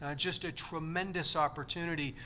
ah just a tremendous opportunity,